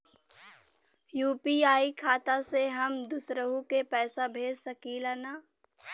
UPI खाता से हम दुसरहु के पैसा भेज सकीला की ना?